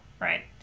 right